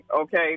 okay